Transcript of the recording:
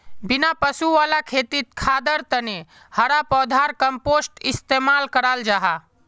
बिना पशु वाला खेतित खादर तने हरा पौधार कम्पोस्ट इस्तेमाल कराल जाहा